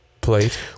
plate